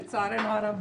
לצערנו הרב,